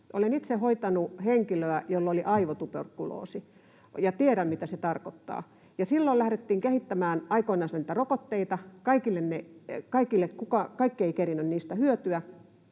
Olen itse hoitanut henkilöä, jolla oli aivotuberkuloosi, ja tiedän, mitä se tarkoittaa. Silloin aikoinansa lähdettiin kehittämään niitä rokotteita. Kaikki eivät kerenneet niistä hyötyä,